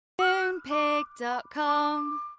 Moonpig.com